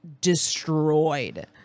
destroyed